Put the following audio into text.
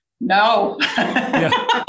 no